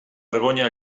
vergonya